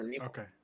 Okay